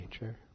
nature